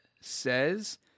says